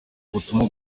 ubutumwa